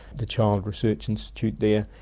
the child research institute there,